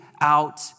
out